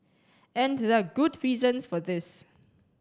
and there are good reasons for this